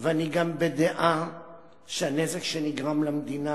ואני גם בדעה שהנזק שנגרם למדינה